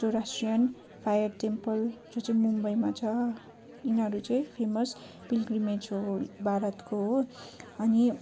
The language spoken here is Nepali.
जोडासियन फायर टेम्पल जो चाहिँ मुम्बईमा छ यिनीहरू चाहिँ फेमस पिलग्रिम्स हो भारतको हो अनि